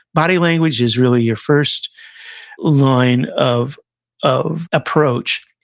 body language is really your first line of of approach,